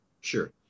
Sure